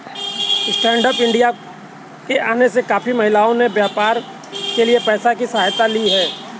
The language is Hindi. स्टैन्डअप इंडिया के आने से काफी महिलाओं ने व्यापार के लिए पैसों की सहायता ली है